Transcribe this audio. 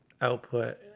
output